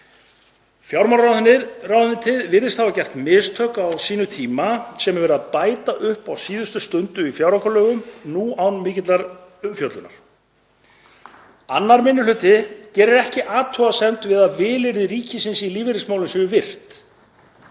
Fjármálaráðuneytið virðist hafa gert mistök á sínum tíma sem verið er að bæta upp á síðustu stundu í fjáraukalögum nú án mikillar umfjöllunar. 2. minni hluti gerir ekki athugasemdir við að vilyrði ríkisins í lífeyrismálum séu virt